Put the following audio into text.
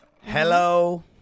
Hello